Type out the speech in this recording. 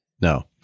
No